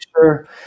sure